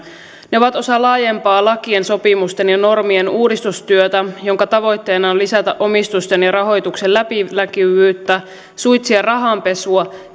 ne ovat osa laajempaa lakien sopimusten ja normien uudistustyötä jonka tavoitteena on lisätä omistusten ja rahoituksen läpinäkyvyyttä suitsia rahanpesua